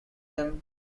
them